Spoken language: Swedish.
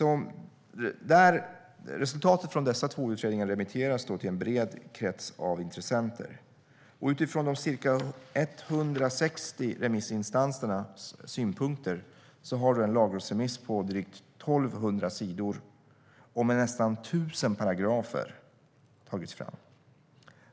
Resultatet från dessa två utredningar remitterades till en bred krets av intressenter, och utifrån de ca 160 remissinstansernas synpunkter har en lagrådsremiss på drygt 1 200 sidor och nästan 1 000 paragrafer tagits fram.